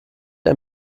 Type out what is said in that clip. ein